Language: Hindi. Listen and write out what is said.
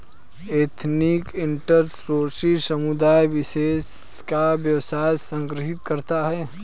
एथनिक एंटरप्रेन्योरशिप समुदाय विशेष का व्यवसाय संदर्भित करता है